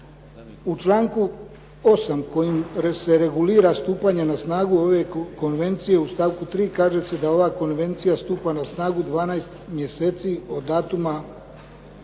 U članku 8. kojim se regulira stupanje na snagu ove konvencije u stavku 3. kaže se da ova konvencija stupa na snagu 12 mjeseci od datuma